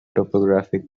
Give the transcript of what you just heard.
topographic